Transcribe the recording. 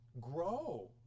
grow